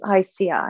ICI